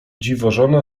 dziwożona